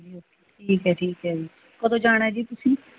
ਠੀਕ ਹੈ ਠੀਕ ਹੈ ਕਦੋਂ ਜਾਣਾ ਏ ਜੀ ਤੁਸੀਂ